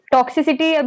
Toxicity